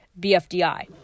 BFDI